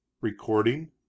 Recording